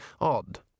odd